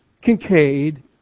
Kincaid